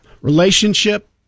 relationship